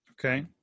Okay